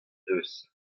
deus